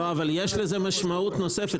לא אבל יש לזה משמעות נוספת,